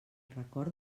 record